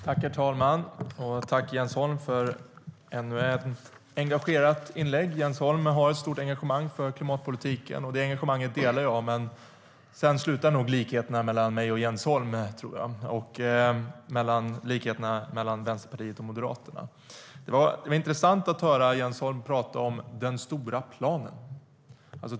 Herr talman! Jag tackar Jens Holm för ännu ett engagerat inlägg. Jens Holm har ett stort engagemang för klimatpolitik. Jag delar detta engagemang, men där slutar likheterna mellan mig och Jens Holm och mellan Moderaterna och Vänsterpartiet. Det var intressant att höra Jens Holm tala om den stora planen.